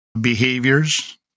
behaviors